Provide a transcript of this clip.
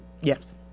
yes